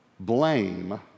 Blame